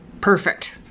perfect